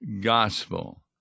gospel